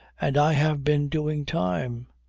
and i have been doing time.